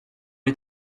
est